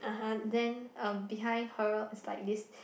then uh behind her is like this